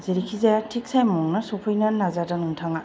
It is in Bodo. जेरैखि जाया थिग टाइमावनो सफैनो नाजादो नोंथाङा